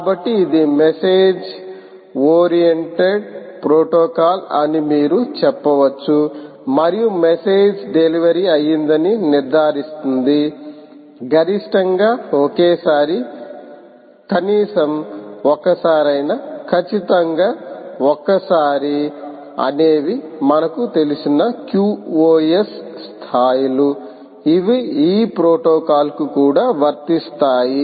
కాబట్టి ఇది message oriented protocol అని మీరు చెప్పవచ్చు మరియు మెసేజ్ డెలివరీ అయ్యిందని నిర్ధారిస్తుంది గరిష్టంగా ఒకేసారి కనీసం ఒక్కసారైనా కచ్చితంగా ఒక్కసారి అనేవి మనకు తెలిసిన qos స్థాయిలు ఇవి ఈ ప్రోటోకాల్కు కూడా వర్తిస్తాయి